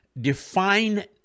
define